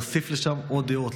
להוסיף לשם עוד דעות,